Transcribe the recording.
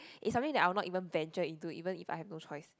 is something that I will not even venture in to even if I have no choice